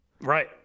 Right